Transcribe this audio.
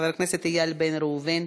חבר הכנסת איל בן ראובן,